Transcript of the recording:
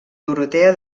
dorotea